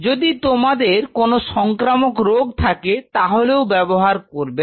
যদি তোমাদের কোনো সংক্রমণ রোগ থাকে তাহলেও ব্যবহার করবে না